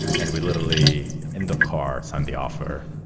and we literally in the car signed the offer.